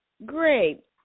Great